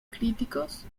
críticos